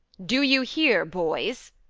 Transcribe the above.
do you hear, boys?